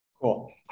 Cool